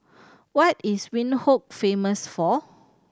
what is Windhoek famous for